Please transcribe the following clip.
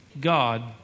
God